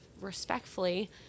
respectfully